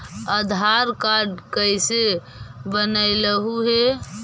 आधार card कईसे बनैलहु हे?